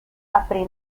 aprì